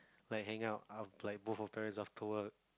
like hang out like both our parents after work